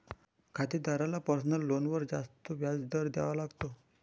खातेदाराला पर्सनल लोनवर जास्त व्याज दर द्यावा लागतो